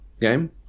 game